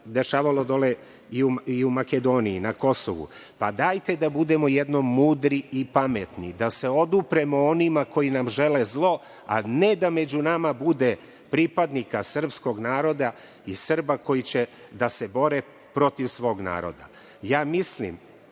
dešavalo dole i u Makedoniji, na Kosovu, pa dajte da budemo jednom mudri i pametni, da se odupremo onima koji nam žele zlo, a ne da među nama bude pripadnika srpskog naroda i Srba koji će da se bore protiv svog naroda. Mislim